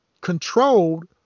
controlled